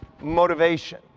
motivation